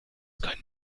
können